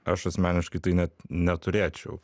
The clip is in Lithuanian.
aš asmeniškai tai net neturėčiau